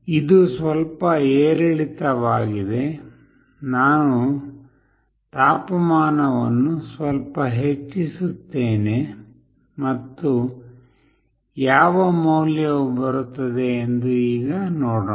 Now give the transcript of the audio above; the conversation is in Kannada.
ಇದು ಸ್ವಲ್ಪ ಏರಿಳಿತವಾಗಿದೆ ನಾನು ತಾಪಮಾನವನ್ನು ಸ್ವಲ್ಪ ಹೆಚ್ಚಿಸುತ್ತೇನೆ ಮತ್ತು ಯಾವ ಮೌಲ್ಯವು ಬರುತ್ತದೆ ಎಂದು ಈಗ ನೋಡೋಣ